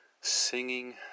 Singing